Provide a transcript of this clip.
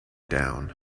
down